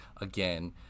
again